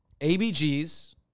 ABGs